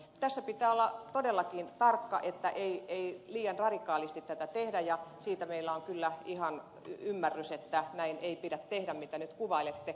tässä pitää olla todellakin tarkka että ei liian radikaalisti tätä tehdä ja siitä meillä on kyllä ihan ymmärrys että näin ei pidä tehdä mitä nyt kuvailitte